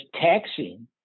taxing